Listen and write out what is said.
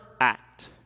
act